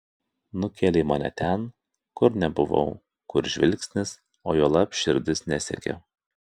nukėlei mane ten kur nebuvau kur žvilgsnis o juolab širdis nesiekė